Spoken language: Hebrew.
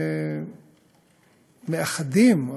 מאחדים,